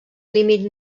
límit